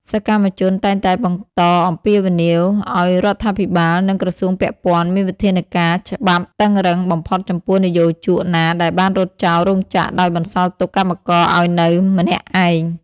សកម្មជនតែងតែបន្តអំពាវនាវឱ្យរដ្ឋាភិបាល និងក្រសួងពាក់ព័ន្ធមានវិធានការច្បាប់តឹងរ៉ឹងបំផុតចំពោះនិយោជកណាដែលបានរត់ចោលរោងចក្រដោយបន្សល់ទុកកម្មករឱ្យនៅម្នាក់ឯង។